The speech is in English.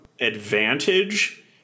advantage